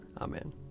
Amen